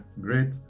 great